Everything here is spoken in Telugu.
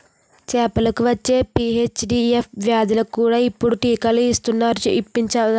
చేపలకు వచ్చే వీ.హెచ్.ఈ.ఎస్ వ్యాధులకు కూడా ఇప్పుడు టీకాలు ఇస్తునారు ఇప్పిద్దామా